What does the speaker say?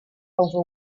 over